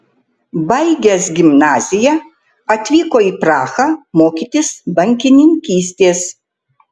baigęs gimnaziją atvyko į prahą mokytis bankininkystės